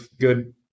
good